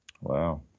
Wow